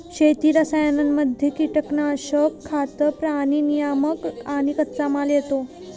शेती रसायनांमध्ये कीटनाशक, खतं, प्राणी नियामक आणि कच्चामाल येतो